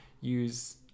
use